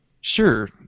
sure